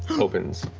opens,